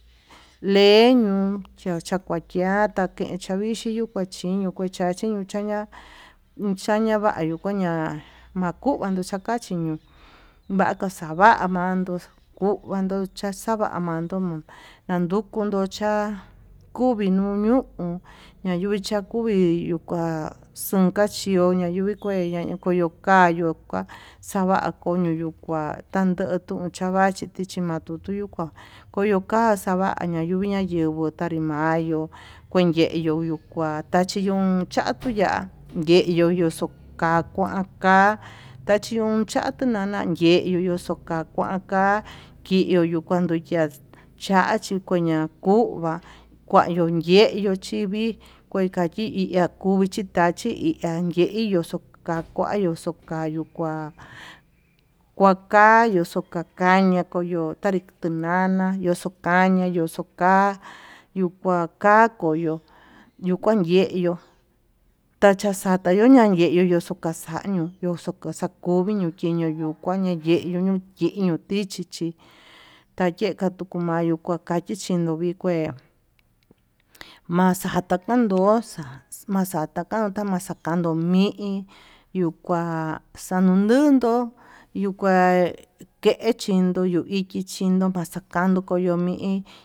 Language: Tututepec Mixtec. Leñuu tachakuachia tavichi yuu kuen chiño kue chachiño chaña'a xañavañuu kaña makuña uxakayo yachiñu, vaka xava'a mandó kuu vama axavamandó no'o nandukunu cha'a kuvii nuu ñu'u ñayucha kuvii yukua xunka chio nayuvi kueña, koyoka koyoka xava'a koño yuu kuá tandoto chavachi chichi mandutu yuu kua koyoka xavaña, nayunguña yunguo tanrimayo nayenguo yuu kua tachiyon cha'a kuya'a yeyu kuxakua kuan tachiyo uxa'a tinana kaxiyo yee ka'a, kinduyu kuando yax chachuña kuu va'a kuando yeyu chi vii kue kayiya ñakuyi kuu tachí hi ha yenyo xokakuyu xukayu, kua kuakayu xukaña koyo tanri tunana yoxokaña yoxoka yuu kua kako yo'o yuu kuan yeyó tacha xatayu yanyeyu yoxokaxañio yoxo xakuviyo xakeño yuu kua ñayeyu yee nuu tichí, tayeka kutu mayo kuaxakate chin ndo'ó vikue maxata kando xata maxakanta maxakando mi'i yuu kua xanunduntu yuu kua ken chindo yuu iki chí chindo maxakando koyomi.